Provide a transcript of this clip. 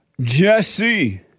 Jesse